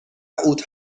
اوت